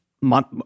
month